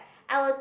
I will